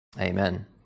Amen